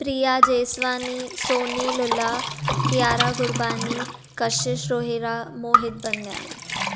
Priya Jeswani Soni Lula Kiara Gurbani Kashish Rohira Mohit Danyani